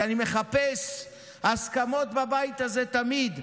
כי אני מחפש הסכמות בבית הזה תמיד,